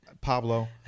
Pablo